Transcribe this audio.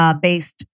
based